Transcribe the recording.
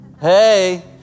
Hey